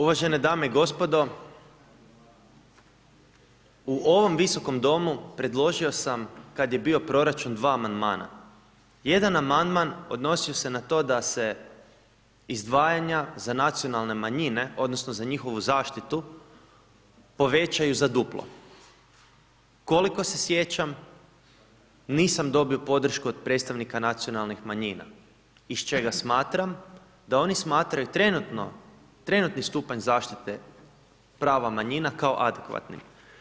Uvažene dame i gospodo u ovom visokom domu predložio sam kad je bio proračun dva amandmana, jedan amandman odnosio se na to da se izdvajanja za nacionalne manjine odnosno za njihovu zaštitu povećaju za duplo, koliko se sjećam nisam dobio podršku od predstavnika nacionalnih manjina iz čega smatram da oni smatraju trenutno, trenutni stupanj zaštite prava manjina kao adekvatnim.